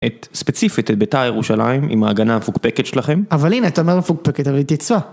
את ספציפית את ביתר ירושלים עם ההגנה המפוקפקת שלכם? אבל הנה אתה אומר מפוקפקת, אבל היא תצפה.